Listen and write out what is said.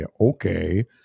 okay